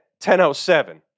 10.07